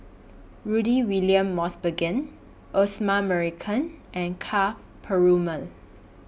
Rudy William Mosbergen Osman Merican and Ka Perumal